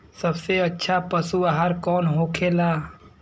सबसे अच्छा पशु आहार कौन होखेला?